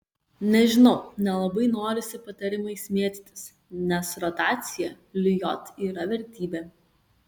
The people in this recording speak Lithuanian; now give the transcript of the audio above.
nežinau nelabai norisi patarimais mėtytis nes rotacija lijot yra vertybė